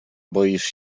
boisz